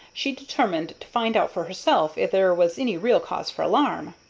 she determined to find out for herself if there was any real cause for alarm.